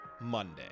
Monday